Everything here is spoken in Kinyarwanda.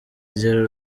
igira